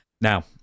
Now